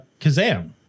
Kazam